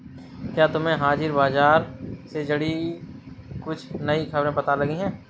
क्या तुम्हें हाजिर बाजार से जुड़ी कुछ नई खबरें पता लगी हैं?